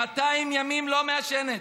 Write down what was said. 200 ימים לא מעשנת,